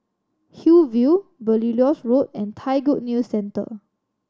Hillview Belilios Road and Thai Good News Centre